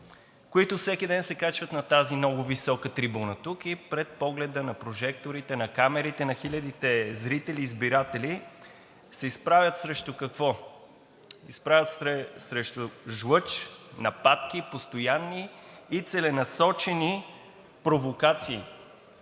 които всеки ден се качват на тази много висока трибуна тук и пред погледа на прожекторите, на камерите, на хилядите зрители и избиратели се изправят срещу какво? Изправят се срещу жлъч, постоянни нападки и целенасочени провокации